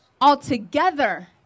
altogether